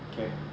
okay